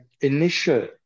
initial